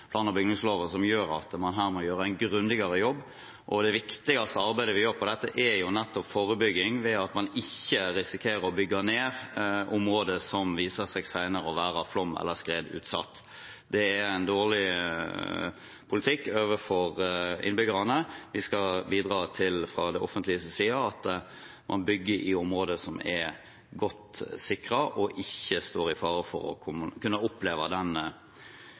plan- og bygningsloven som gjør at man her må gjøre en grundigere jobb. Og det viktigste arbeidet vi gjør på dette, er nettopp forebygging ved at man ikke risikerer å bygge i områder som viser seg senere å være flom- eller skredutsatt. Det er en dårlig politikk overfor innbyggerne. Vi skal bidra til, fra det offentliges side, at man bygger i områder som er godt sikret og ikke står i fare for å kunne oppleve den